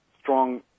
strong